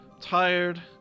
Tired